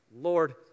Lord